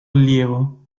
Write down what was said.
allievo